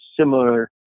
similar